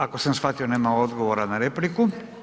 Ako sam shvatio nema odgovora na repliku.